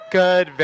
good